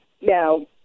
now